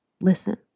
listen